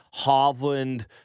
Hovland